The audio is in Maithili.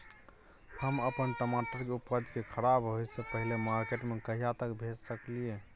हम अपन टमाटर के उपज के खराब होय से पहिले मार्केट में कहिया तक भेज सकलिए?